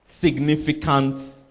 significant